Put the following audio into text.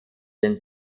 den